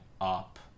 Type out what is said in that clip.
up